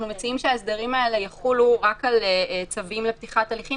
אנחנו מציעים שההסדרים האלה יחולו רק על צווים לפתיחת הליכים